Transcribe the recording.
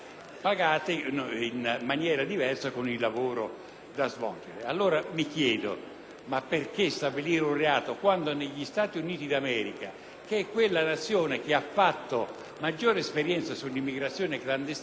perché stabilire un reato quando ciò non accade neanche negli Stati Uniti d'America, che è la Nazione che ha fatto maggiori esperienze sull'immigrazione clandestina? Ricordo che quando uno dei miei colleghi chiese al Capo dell'Ufficio immigrazione